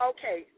Okay